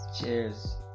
cheers